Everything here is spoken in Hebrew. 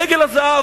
העגל הזה,